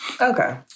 Okay